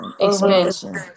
expansion